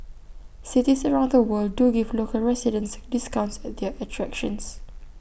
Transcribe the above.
cities around the world do give local residents discounts at their attractions